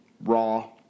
Raw